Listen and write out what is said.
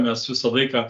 mes visą laiką